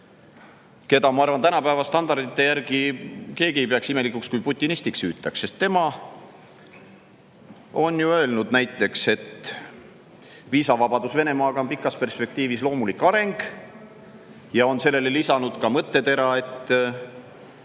keda – ma arvan, tänapäeva standardite järgi keegi ei peaks seda imelikuks – saab putinistiks hüüda? Tema on ju näiteks öelnud, et viisavabadus Venemaaga on pikas perspektiivis loomulik areng, ja on sellele lisanud ka mõttetera, et